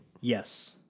Yes